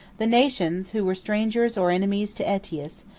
the nations, who were strangers or enemies to aetius,